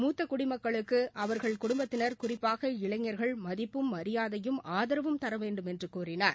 முத்த குடிமக்களுக்கு அவர்கள் குடும்பத்தினர் குறிப்பாக இளைஞர்கள் மதிப்பும் மரியாதையும் ஆதரவும் தரவேண்டும் என்று கூறினார்